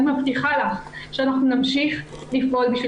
אני מבטיחה לך שאנחנו נמשיך לפעול עבור